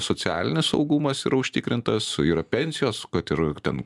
socialinis saugumas yra užtikrintas yra pensijos kad ir ten